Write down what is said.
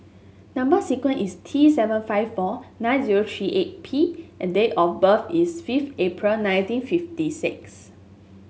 number sequence is T seven five four nine zero three eight P and date of birth is five April nineteen fifty six